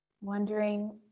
wondering